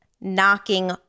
knocking